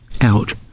out